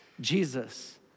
Jesus